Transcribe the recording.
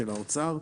האוצר.